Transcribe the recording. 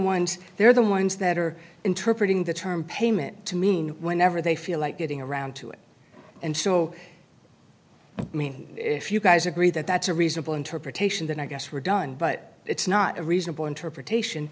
ones they're the ones that are interpreted in the term payment to mean whenever they feel like getting around to it and so i mean if you guys agree that that's a reasonable interpretation then i guess we're done but it's not a reasonable interpretation